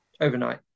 Overnight